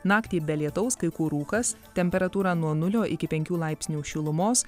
naktį be lietaus kai kur rūkas temperatūra nuo nulio iki penkių laipsnių šilumos